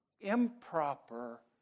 improper